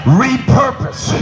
repurpose